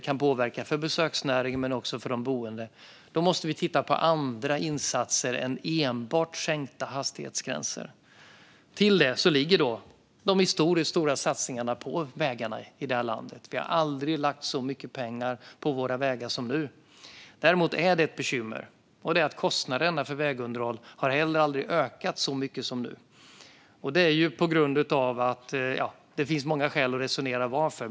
Det kan påverka besöksnäringen men också de boende. Då måste vi titta på andra insatser än enbart sänkta hastighetsgränser. Därtill kommer de historiskt stora satsningarna på vägarna här i landet. Vi har aldrig lagt så mycket pengar på våra vägar som vi gör nu. Ett bekymmer är dock att kostnaderna för vägunderhåll heller aldrig har ökat så mycket som de gör nu. Man kan resonera om varför - det finns många skäl.